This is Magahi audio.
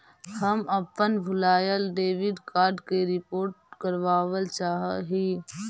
हम अपन भूलायल डेबिट कार्ड के रिपोर्ट करावल चाह ही